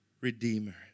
redeemer